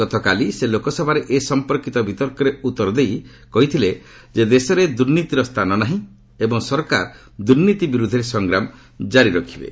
ଗତକାଲି ସେ ଲୋକସଭାରେ ଏ ସଂପର୍କିତ ବିତର୍କରେ ଉଉର ଦେଇ କହିଥିଲେ ଯେ ଦେଶରେ ଦୁର୍ନୀତିର ସ୍ଥାନ ନାହିଁ ଏବଂ ସରକାର ଦୁର୍ନୀତି ବିରୁଦ୍ଧରେ ସଂଗ୍ରାମ ଜାରି ରଖିବେ